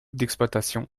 d’exploitation